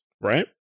right